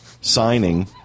signing